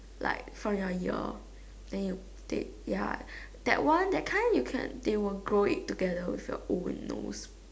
like from your ear then you take ya that one that kind you can they will grow it together with your old nose